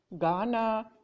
ghana